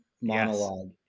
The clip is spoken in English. monologue